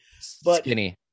Skinny